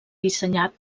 dissenyat